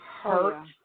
Hurt